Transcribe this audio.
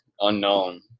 unknown